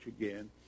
again